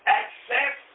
access